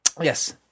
Yes